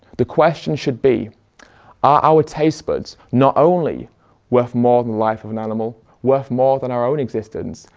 the question should be are our taste buds not only worth more than life of an animal, worth more than our own existence,